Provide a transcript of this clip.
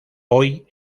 hoy